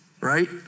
Right